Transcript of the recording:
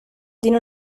tiene